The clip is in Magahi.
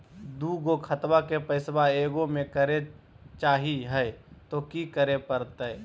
दू गो खतवा के पैसवा ए गो मे करे चाही हय तो कि करे परते?